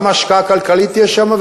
גם השקעה כלכלית תהיה שם,